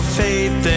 faith